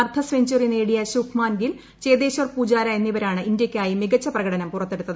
അർധ സെഞ്ചുറി നേടിയ ശുഭ്മാൻ ഗിൽ ചേതേശ്വർ പൂജാര എന്നിവരാണ് ഇന്തൃയ്ക്കായി മികച്ച പ്രകടനം പുറത്തെടുത്ത്